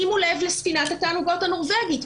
שימו לב לספינת התענוגות הנורבגית.